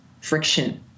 friction